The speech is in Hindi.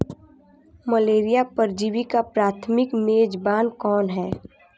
मलेरिया परजीवी का प्राथमिक मेजबान कौन है?